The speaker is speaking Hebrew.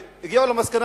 והגיעו למסקנה,